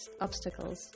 obstacles